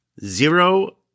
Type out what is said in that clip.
Zero